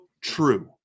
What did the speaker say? True